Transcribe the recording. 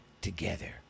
Together